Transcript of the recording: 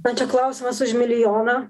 va čia klausimas už milijoną